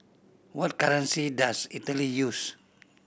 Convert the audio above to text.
what currency does Italy use